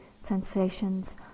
sensations